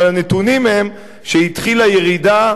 אבל הנתונים הם שהתחילה ירידה,